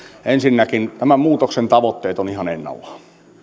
ensinnäkin tämän muutoksen tavoitteet ovat ihan ennallaan